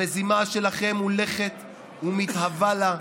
המזימה שלכם הולכת ומתהווה לה,